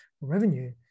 revenue